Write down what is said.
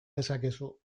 dezakezu